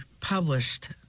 published